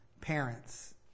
parents